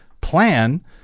plan